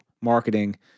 marketing